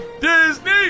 Disney